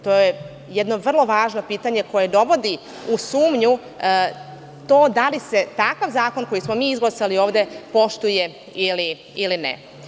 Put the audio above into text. To je jedno vrlo važno pitanje koje dovodi u sumnju to da li se takav zakon, koji smo mi izglasali ovde, poštuje ili ne.